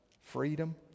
freedom